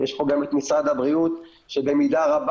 יש פה גם את משרד הבריאות שבמידה רבה